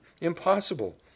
Impossible